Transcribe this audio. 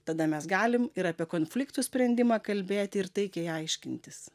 tada mes galim ir apie konfliktų sprendimą kalbėti ir taikiai aiškintis